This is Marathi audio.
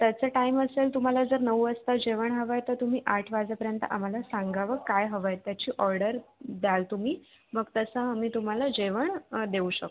त्याचा टाईम असेल तुम्हाला जर नऊ वाजता जेवण हवं आहे तर तुम्ही आठ वाजेपर्यंत आम्हाला सांगावं काय हवं आहे त्याची ऑर्डर द्याल तुम्ही मग तसं आम्ही तुम्हाला जेवण देऊ शकतो